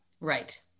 right